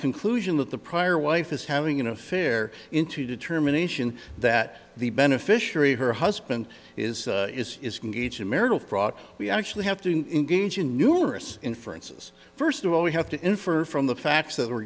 conclusion that the prior wife is having an affair into determination that the beneficiary her husband is is a marital fraud we actually have to engage in numerous inferences first of all we have to infer from the facts that were